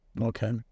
Okay